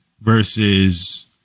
versus